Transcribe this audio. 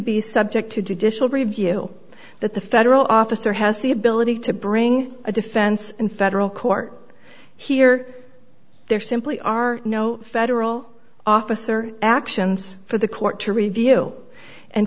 be subject to judicial review that the federal officer has the ability to bring a defense in federal court here there simply are no federal officer actions for the court to review and